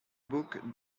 book